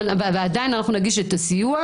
ועדיין אנחנו נגיש את הסיוע.